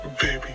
Baby